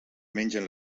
mengen